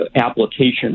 application